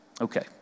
Okay